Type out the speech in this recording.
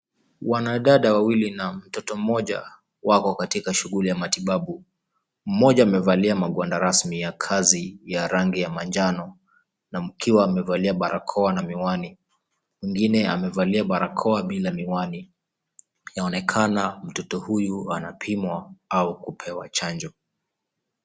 Wanadada wawili na mtoto mmoja wako katika shughuli ya matibabu mmoja amevalia magwanda rasmi ya kazi ya rangi ya manjano na mkewe amevalia barakoa na miwani. Mwingine amevalia barakoa bila miwani. Inaonekana mtoto huyu anapimwa au kupewa chanjo.